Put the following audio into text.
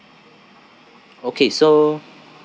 okay so